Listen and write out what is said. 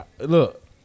look